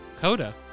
Coda